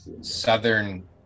southern